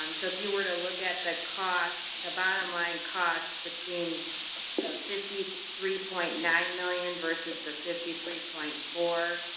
um so if you were to look at the cost, the bottom line costs between fifty three point nine million versus the fifty three point four,